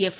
F